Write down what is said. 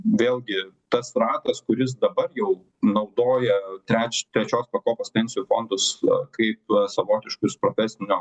vėlgi tas ratas kuris dabar jau naudoja treč trečios pakopos pensijų fondus a kaip savotiškus profesinio